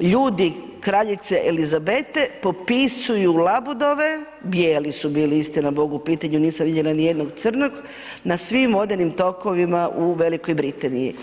ljudi kraljice Elizabete popisuju labudove, bijeli su bili istina Bog u pitanju nisam vidjela niti jednog crnog na svim vodenim tokovima u Velikoj Britaniji.